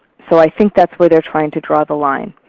so i think that's where they're trying to draw the line.